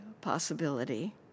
possibility